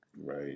Right